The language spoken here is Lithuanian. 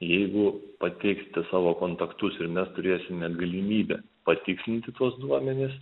jeigu pateiksite savo kontaktus ir mes turėsime galimybę patikslinti tuos duomenis